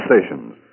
stations